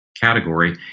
category